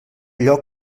lloc